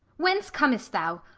whence com'st thou?